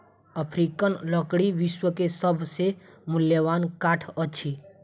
African लकड़ी विश्व के सभ से मूल्यवान काठ अछि